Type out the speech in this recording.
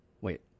Wait